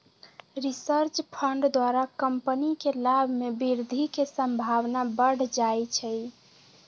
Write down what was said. research fund द्वारा company के लाभ में वृद्धि के संभावना बढ़ जाइ छइ